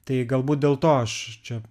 tai galbūt dėl to aš čia